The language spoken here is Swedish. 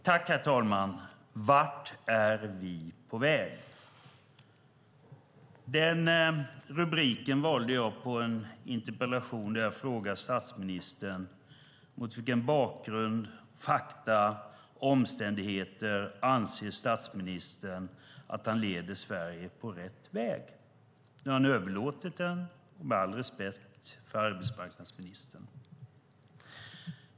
Herr talman! Vart är vi på väg? Jag valde den rubriken på en interpellation där jag frågar statsministern mot vilken bakgrund och med vilka fakta och omständigheter som grund som statsministern anser att han leder Sverige på rätt väg. Nu har han överlåtit den till arbetsmarknadsministern.